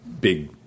big